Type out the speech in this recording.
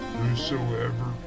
Whosoever